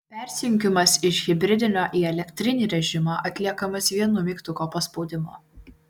persijungimas iš hibridinio į elektrinį režimą atliekamas vienu mygtuko paspaudimu